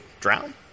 drown